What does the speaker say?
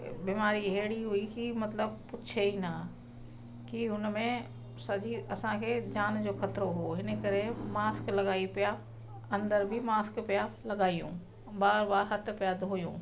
बीमारी अहिड़ी हुई की मतिलबु पुछे ई न की हुन में सॼी असांखे जान जो ख़तिरो हो हिन करे मास्क लॻाए पिया अंदरि बि मास्क पिया लॻायूं ऐं बार बार हथ पिया धोइयूं